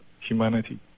humanity